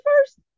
first